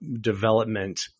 development